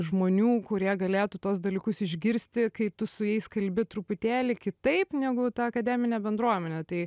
žmonių kurie galėtų tuos dalykus išgirsti kai tu su jais kalbi truputėlį kitaip negu ta akademinė bendruomenė tai